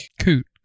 Coot